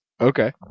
Okay